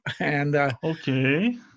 Okay